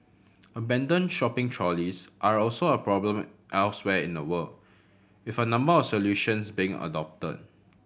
abandoned shopping trolleys are also a problem elsewhere in the world with a number of solutions being adopted